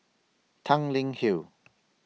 Tanglin Hill